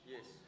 Yes